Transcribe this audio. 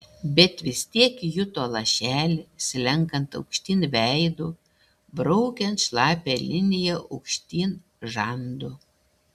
bet vis tiek juto lašelį slenkant aukštyn veidu braukiant šlapią liniją aukštyn žandu